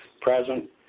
present